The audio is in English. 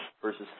Versus